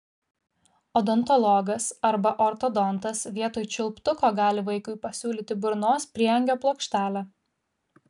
odontologas arba ortodontas vietoj čiulptuko gali vaikui pasiūlyti burnos prieangio plokštelę